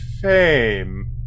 fame